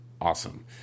awesome